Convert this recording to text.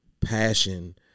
passion